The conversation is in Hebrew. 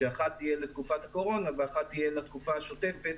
שאחת תהיה לתקופת הקורונה ואחת תהיה לתקופה השוטפת,